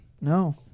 No